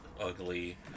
ugly